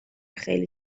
خیلی